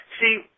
See